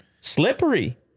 slippery